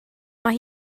mae